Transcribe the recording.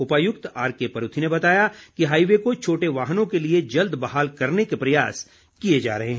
उपायुक्त आरके परूथी ने बताया कि हाईवे को छोटे वाहनों के लिए जल्द बहाल करने के प्रयास किए जा रहे हैं